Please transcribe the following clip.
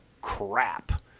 Crap